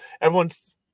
everyone's